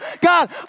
God